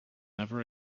never